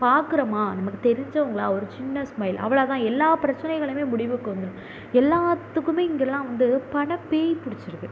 பார்க்குறோமா நமக்கு தெரிஞ்சவங்களா ஒரு சின்ன ஸ்மைல் அவ்வளவு தான் எல்லா பிரச்சனைகளுமே முடிவுக்கு வந்துடும் எல்லோத்துக்குமே இங்கேல்லாம் வந்து பணப் பேய் பிடிச்சிருக்கு